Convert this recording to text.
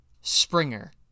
Springer